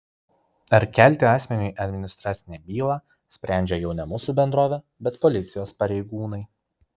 ar kelti asmeniui administracinę bylą sprendžia jau ne mūsų bendrovė bet policijos pareigūnai